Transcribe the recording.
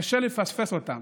קשה לפספס אותם,